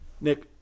Nick